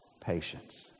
patience